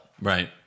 Right